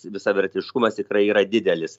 visavertiškumas tikrai yra didelis